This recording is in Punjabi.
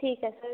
ਠੀਕ ਹੈ ਸਰ